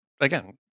again